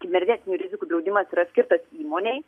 kibernetinių rizikų draudimas yra skirtas įmonei